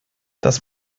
das